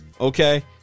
Okay